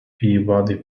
peabody